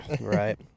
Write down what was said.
right